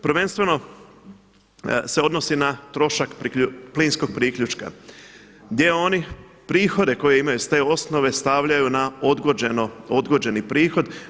Prvenstveno se odnosi na trošak plinskog priključka gdje oni prihode koje imaju s te osnove stavljaju na odgođeni prihod.